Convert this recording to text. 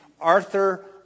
Arthur